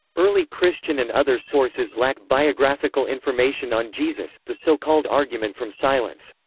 early christian and other sources lack biographical information on jesus, the so-called argument from silence.